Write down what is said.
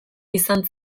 izan